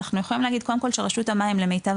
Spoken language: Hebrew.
אנחנו יכולים להגיד קודם כל שרשות המים למיטב